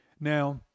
Now